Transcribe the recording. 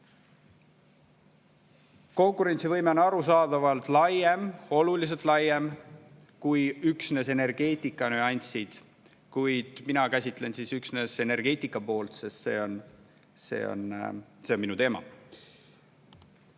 Konkurentsivõime on arusaadavalt palju laiem kui üksnes energeetika nüansid, kuid mina käsitlen üksnes energeetika poolt, sest see on minu teema.